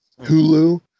Hulu